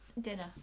Dinner